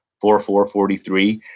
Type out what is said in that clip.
four four forty three.